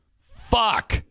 Fuck